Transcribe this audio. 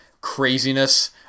craziness